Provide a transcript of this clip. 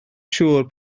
siŵr